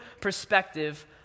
perspective